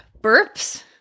Burps